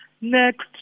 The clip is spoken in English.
next